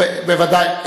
בוודאי.